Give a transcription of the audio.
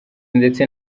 ndetse